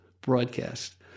broadcast